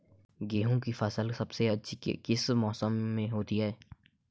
गेंहू की फसल सबसे अच्छी किस मौसम में होती है?